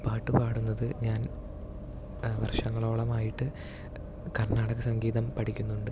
പാട്ടു പാടുന്നത് ഞാൻ വർഷങ്ങളോളമായിട്ട് കർണാടക സംഗീതം പഠിക്കുന്നുണ്ട്